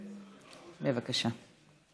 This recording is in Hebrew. בבקשה.